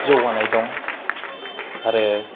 जौगानाय दं आरो